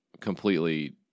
completely